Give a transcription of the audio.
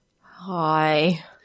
Hi